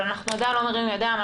אבל אנחנו עדיין לא מרימים ידיים,